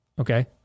Okay